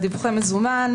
דיווחי המזומן,